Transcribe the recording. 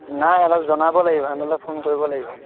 নাই সিহঁতক জনাব লাগিব সিহঁতলৈ ফোন কৰিব লাগিব